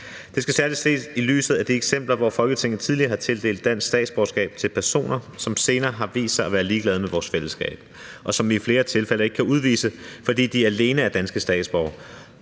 Der skal særlig ses i lyset af de eksempler, hvor Folketinget tidligere har tildelt dansk statsborgerskab til personer, som senere har vist sig at være ligeglade med vores fællesskab, og som vi i flere tilfælde ikke kan udvise, fordi de alene er danske statsborgere